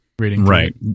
Right